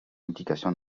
implication